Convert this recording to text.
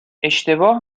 اشتباه